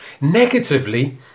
Negatively